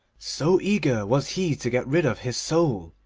so eager was he to get rid of his soul,